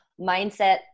mindset